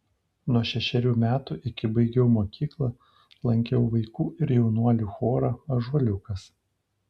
nuo šešerių metų iki baigiau mokyklą lankiau vaikų ir jaunuolių chorą ąžuoliukas